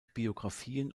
biografien